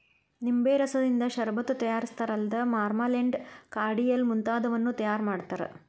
ನಿಂಬೆ ರಸದಿಂದ ಷರಬತ್ತು ತಯಾರಿಸ್ತಾರಲ್ಲದ ಮಾರ್ಮಲೆಂಡ್, ಕಾರ್ಡಿಯಲ್ ಮುಂತಾದವನ್ನೂ ತಯಾರ್ ಮಾಡ್ತಾರ